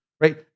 Right